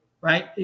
Right